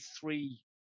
three